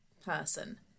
person